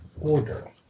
Order